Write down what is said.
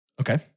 Okay